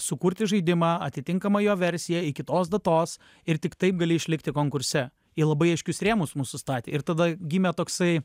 sukurti žaidimą atitinkamą jo versiją iki tos datos ir tik taip gali išlikti konkurse į labai aiškius rėmus mus sustatė ir tada gimė toksai